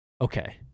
Okay